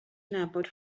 nabod